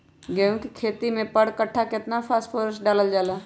गेंहू के खेती में पर कट्ठा केतना फास्फोरस डाले जाला?